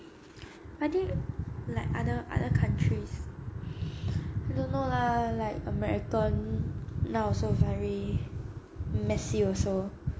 I think like other other countries don't know lah like american now so very